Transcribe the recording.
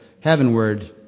heavenward